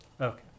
Okay